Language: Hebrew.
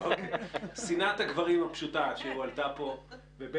שנאת הגברים הפשוטה שהועלתה פה...